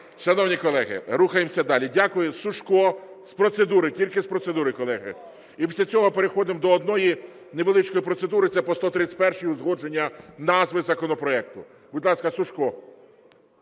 Шановні колеги, рухаємося далі. Дякую. Сушко – з процедури. Тільки з процедури, колеги. І після цього переходимо до однієї невеличкої процедури, це по 131-й, узгодження назви законопроекту. Будь ласка, Сушко.